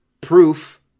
proof